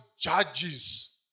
judges